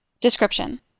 Description